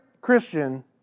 Christian